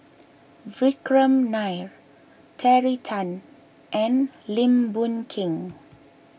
Vikram Nair Terry Tan and Lim Boon Keng